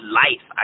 life